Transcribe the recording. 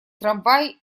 трамвай